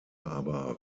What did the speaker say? aber